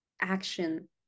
action